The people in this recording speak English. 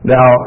Now